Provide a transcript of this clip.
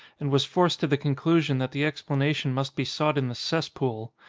and was forced to the conclu sion that the explanation must be sought in the cess-pool.